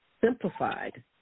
simplified